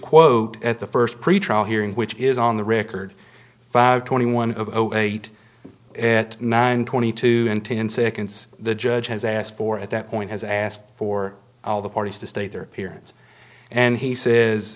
quote at the first pretrial hearing which is on the record five twenty one of eight at nine twenty two in ten seconds the judge has asked for at that point has asked for all the parties to state their appearance and he says